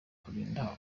kurinda